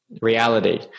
reality